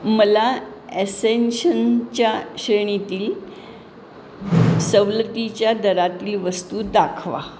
मला ॲसेन्शनच्या श्रेणीतील सवलतीच्या दरातील वस्तू दाखवा